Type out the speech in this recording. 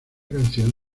canción